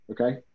Okay